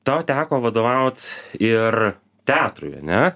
tau teko vadovaut ir teatrui ane